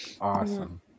Awesome